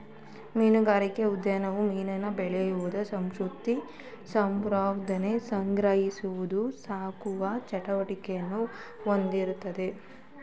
ಮೀನುಗಾರಿಕೆ ಉದ್ಯಮವು ಮೀನನ್ನು ಬೆಳೆಸುವುದು ಸಂಸ್ಕರಿಸಿ ಸಂರಕ್ಷಿಸುವುದು ಸಂಗ್ರಹಿಸುವುದು ಸಾಗಿಸುವ ಚಟುವಟಿಕೆಯನ್ನು ಹೊಂದಿದೆ